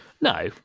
No